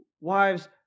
wives